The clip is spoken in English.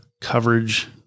coverage